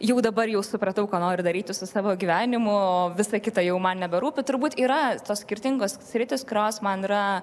juk dabar jau supratau ką noriu daryti su savo gyvenimu o visa kita jau man neberūpi turbūt yra tos skirtingos sritys kurios man yra